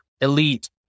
elite